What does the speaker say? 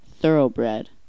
Thoroughbred